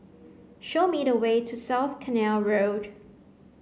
show me the way to South Canal Road